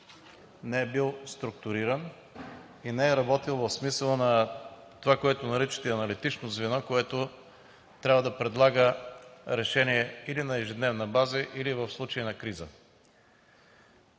не е бил структуриран и не е работил в смисъла на това, което наричате „аналитично звено“, което трябва да предлага решения или на ежедневна база, или в случай на криза.